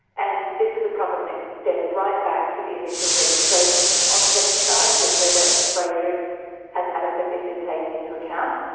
and this is a problem that stems right back to the initial registration on pesticides and whether spray drift has adequately been taken into account,